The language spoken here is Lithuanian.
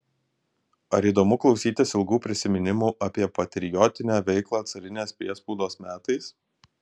ar įdomu klausytis ilgų prisiminimų apie patriotinę veiklą carinės priespaudos metais